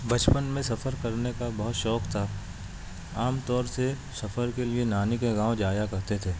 بچپن میں سفر کرنے کا بہت شوق تھا عام طور سے سفر کے لیے نانی کے گاؤں جایا کرتے تھے